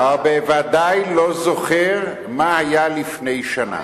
בוודאי לא זוכר מה היה לפני שנה.